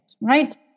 right